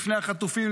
לפני החטופים,